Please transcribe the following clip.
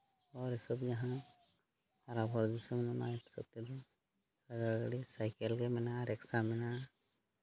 ᱦᱚᱨ ᱦᱤᱥᱟᱹᱵ ᱡᱟᱦᱟᱸ ᱟᱨ ᱟᱵᱚ ᱫᱤᱥᱚᱢ ᱚᱱᱟ ᱦᱤᱥᱟᱹᱵ ᱛᱮᱫᱚ ᱥᱟᱸᱜᱟᱲ ᱜᱟᱹᱰᱤ ᱥᱟᱭᱠᱮᱞ ᱜᱮ ᱢᱮᱱᱟᱜᱼᱟ ᱨᱤᱠᱥᱟᱹ ᱢᱮᱱᱟᱜᱼᱟ